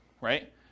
right